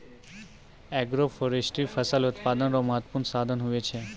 agroforestry फसल उत्पादन रो महत्वपूर्ण साधन हुवै छै